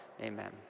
Amen